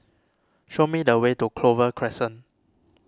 show me the way to Clover Crescent